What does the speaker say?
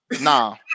Nah